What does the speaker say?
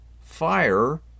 fire